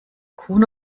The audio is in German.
kuhn